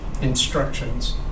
instructions